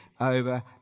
over